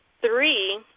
three